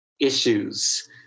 issues